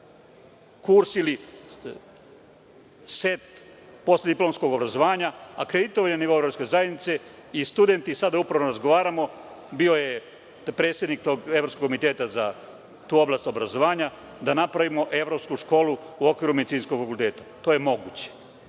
kurs ili set postidiplomskog obrazovanja akreditovan je na nivou Evropske zajednice i studenti, upravo sada razgovaramo, bio je predsednik tog Evropskog komiteta za tu oblast obrazovanja, da napravimo tu evropsku školu u okviru Medicinskog fakulteta. To je moguće,